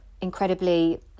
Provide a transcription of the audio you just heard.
incredibly